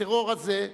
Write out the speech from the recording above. הטרור הזה,